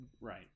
Right